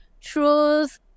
Truth